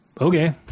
okay